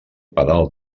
pedal